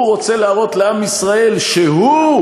הוא רוצה להראות לעם ישראל שהוא,